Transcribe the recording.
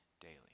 daily